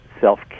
self